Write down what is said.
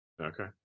okay